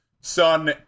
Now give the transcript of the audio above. Son